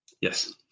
Yes